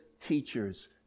teachers